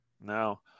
Now